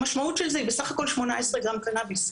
המשמעות של זה היא בסך הכול 18 גרם קנביס,